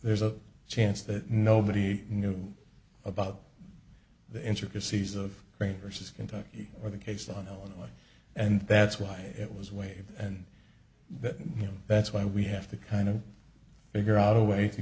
there's a chance that nobody knew about the intricacies of grain versus kentucky or the case on and that's why it was waived and that you know that's why we have to kind of figure out a way